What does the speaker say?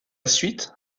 suite